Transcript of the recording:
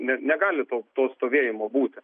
ne negali to to stovėjimo būti